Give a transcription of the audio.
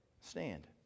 stand